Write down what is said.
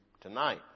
tonight